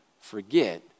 forget